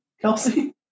Kelsey